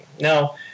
now